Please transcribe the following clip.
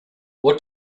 what